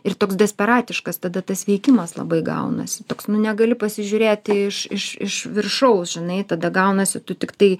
ir toks desperatiškas tada tas veikimas labai gaunasi toks nu negali pasižiūrėti iš iš iš viršaus žinai tada gaunasi tu tiktai